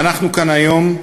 ואנחנו כאן היום,